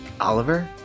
Oliver